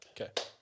Okay